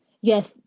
yes